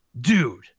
dude